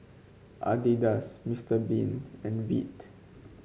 Adidas Mister Bean and Veet